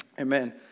Amen